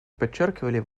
подчеркивали